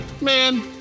man